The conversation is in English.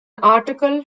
article